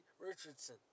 Richardson